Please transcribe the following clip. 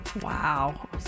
Wow